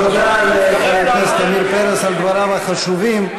תודה לחבר הכנסת עמיר פרץ על דבריו החשובים.